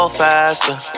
faster